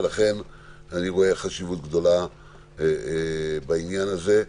ולכן אני רואה חשיבות רבה בעניין הזה.